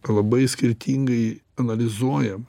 labai skirtingai analizuojam